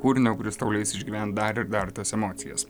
kūrinio kuris tau leis išgyvent dar ir dar tas emocijas